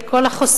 את כל החסרים,